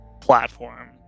platform